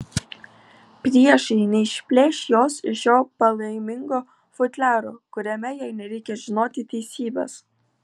priešai neišplėš jos iš šio palaimingo futliaro kuriame jai nereikia žinoti teisybės